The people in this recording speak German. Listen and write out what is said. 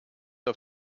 auf